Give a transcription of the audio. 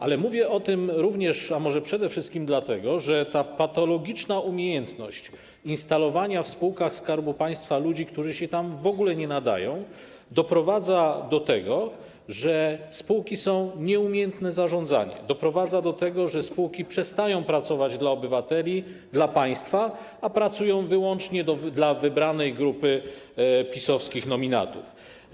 Ale mówię o tym również, a może przede wszystkim dlatego, że ta patologiczna umiejętność instalowania w spółkach Skarbu Państwa ludzi, którzy się tam w ogóle nie nadają, doprowadza do tego, że spółki są nieumiejętnie zarządzane, doprowadza do tego, że spółki przestają pracować dla obywateli, dla państwa, a pracują wyłącznie dla wybranej grupy PiS-owskich nominatów.